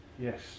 Yes